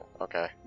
okay